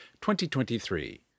2023